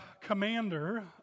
commander